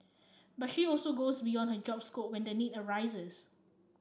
but she also goes beyond her job scope when the need arises